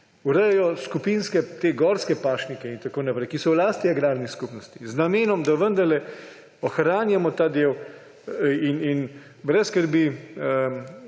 urejajo skupinske gorske pašnike in tako naprej, ki so v lasti agrarne skupnosti, z namenom, da vendarle ohranjamo ta del. Brez skrbi,